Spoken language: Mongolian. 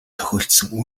тохиолдсон